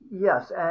Yes